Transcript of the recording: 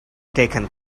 taken